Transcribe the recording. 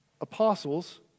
apostles